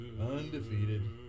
undefeated